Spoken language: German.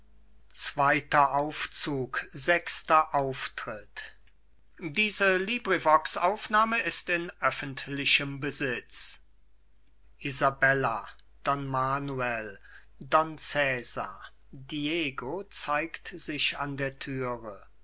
sechster auftritt donna isabella don manuel don cesar diego zeigt sich an der thüre